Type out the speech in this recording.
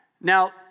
Now